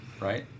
Right